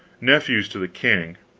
nephews to the king.